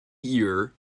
year